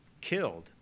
killed